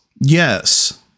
yes